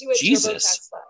Jesus